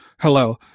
hello